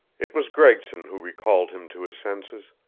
it was gregson who recalled him to his senses.